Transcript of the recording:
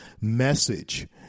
message